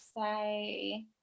say